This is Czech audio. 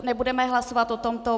Nebudeme hlasovat o tomto.